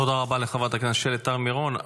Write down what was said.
תודה רבה לחברת הכנסת שלי טל מירון.